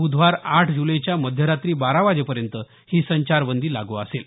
ब्धवार आठ जुलैच्या मध्यरात्री बारा वाजेपर्यंत ही संचारबंदी लागू असेल